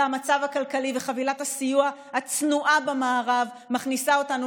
והמצב הכלכלי וחבילת הסיוע הצנועה במערב מכניסה אותנו